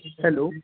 hello